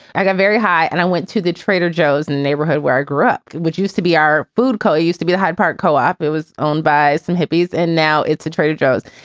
i got very high and i went to the trader joe's and neighborhood where i grew up. wood used to be our food court. he used to be the hyde park co-op. it was owned by some hippies. and now it's a trader joe's.